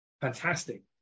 fantastic